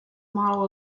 model